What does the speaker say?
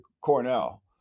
Cornell